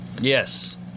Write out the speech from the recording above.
Yes